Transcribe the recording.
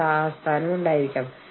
നിങ്ങൾ ഇത് പറയാൻ പാടില്ല